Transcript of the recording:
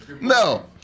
no